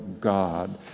God